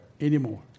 Anymore